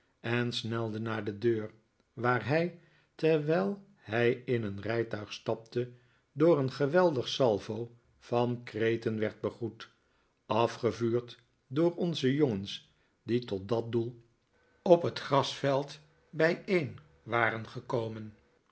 en snelde naar de deur waar hij terwijl hij in een rijtuig stapte door een geweldig salvo van kreten werd begroet afgevuurd door onze jongens die tot dat doel op het gr as veld bij een waren gekomen